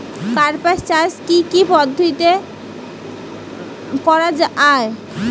কার্পাস চাষ কী কী পদ্ধতিতে করা য়ায়?